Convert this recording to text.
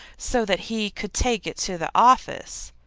so that he could take it to the office,